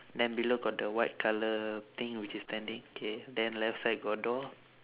then below got the white colour thing which is standing K then left side got door